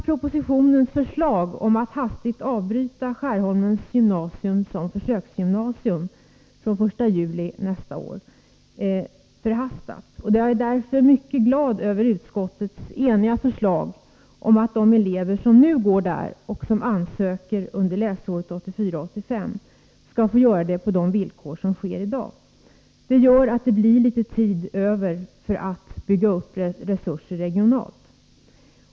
Propositionens förslag om att hastigt avbryta Skärholmens gymnasiums verksamhet som försöksgymnasium från den 1 juli nästa år var kanske mot denna bakgrund förhastat. Jag är därför mycket glad över utskottets eniga förslag om att de elever som nu går där och de som söker in under läsåret 1984/85 skall få göra det på de villkor som gäller i dag. Det gör att det blir litet tid för att bygga upp resurser regionalt.